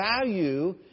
value